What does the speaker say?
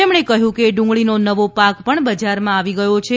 તેમણે કહ્યું કે ડુંગળીનો નવો પાક પણ બજારમાં આવી રહ્યો છે